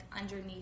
underneath